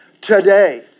today